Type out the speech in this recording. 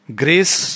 grace